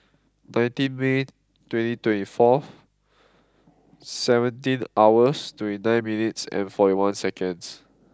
nineteen May twenty twenty four seventeen hours twenty nine minutes and forty one seconds